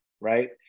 right